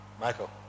Michael